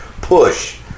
push